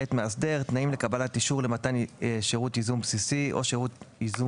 תנאים לקבלת אישור למתן שירות ייזום בסיסי או שירות ייזום